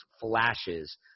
flashes